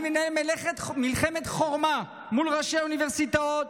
אני מנהל מלחמת חורמה מול ראשי האוניברסיטאות